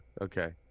Okay